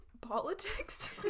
politics